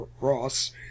Ross